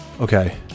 Okay